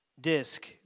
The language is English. disc